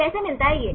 कैसे मिलता है ये